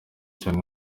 cyane